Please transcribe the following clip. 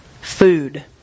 Food